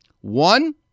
One